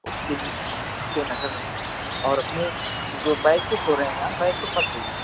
उसके लिए पर नज़र रखनी और अपने जो बैकफुट हो रहे हैं आप बैकफुट मत होइए